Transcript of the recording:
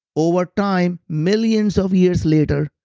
over time, millions of years later,